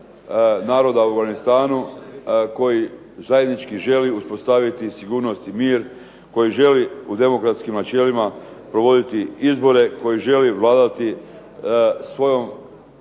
naroda u Afganistanu koji zajednički želi uspostaviti sigurnost i mir, koji želi u demokratskim načelima provoditi izbore, koji želi vladati svojom